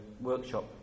workshop